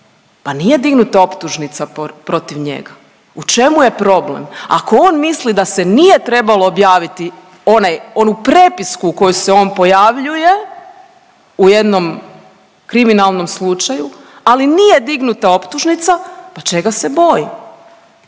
Pa nije dignuta optužnica protiv njega, u čemu je problem. Ako on mislim da se nije trebalo objaviti onaj, onu prepisku u kojoj se on pojavljuje u jednom kriminalnom slučaju ali nije dignuta optužnica pa čega se boji.